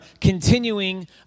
continuing